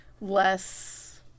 less